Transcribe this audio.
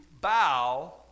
bow